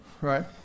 right